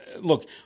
Look